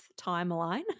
timeline